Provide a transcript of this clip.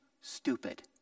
stupid